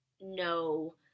no